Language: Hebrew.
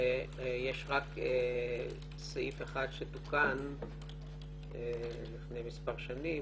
ויש רק סעיף אחד שתוקן לפני מספר שנים